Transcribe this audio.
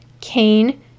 Cain